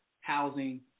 housing